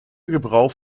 gebrauch